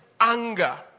anger